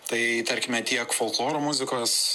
tai tarkime tiek folkloro muzikos